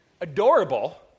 adorable